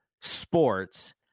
sports